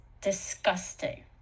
disgusting